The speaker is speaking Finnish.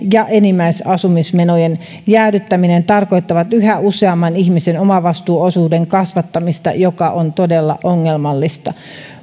ja enimmäisasumismenojen jäädyttäminen tarkoittavat yhä useamman ihmisen omavastuuosuuden kasvattamista mikä on todella ongelmallista